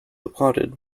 applauded